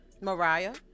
Mariah